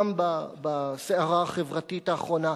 גם בסערה החברתית האחרונה,